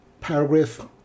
Paragraph